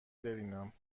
ببینم